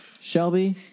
Shelby